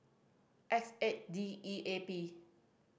X eight D E A P